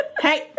Hey